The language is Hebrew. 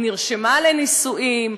היא נרשמה לנישואין,